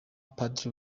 padiri